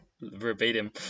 verbatim